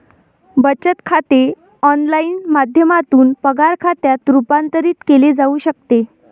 बचत खाते ऑनलाइन माध्यमातून पगार खात्यात रूपांतरित केले जाऊ शकते